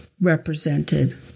represented